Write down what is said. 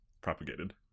propagated